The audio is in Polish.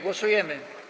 Głosujemy.